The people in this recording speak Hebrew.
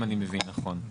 אם אני מבין נכון.